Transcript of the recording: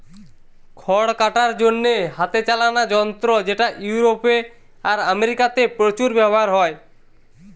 খড় কাটার জন্যে হাতে চালানা যন্ত্র যেটা ইউরোপে আর আমেরিকাতে প্রচুর ব্যাভার হয়